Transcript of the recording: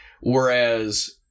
whereas